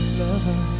lover